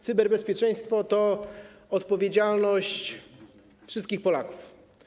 Cyberbezpieczeństwo oznacza odpowiedzialność wszystkich Polaków.